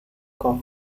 cough